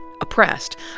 oppressed